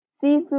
seafood